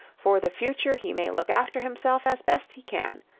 for the future he may look after himself as best he can.